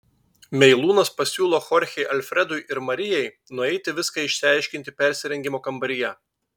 meilūnas pasiūlo chorchei alfredui ir marijai nueiti viską išsiaiškinti persirengimo kambaryje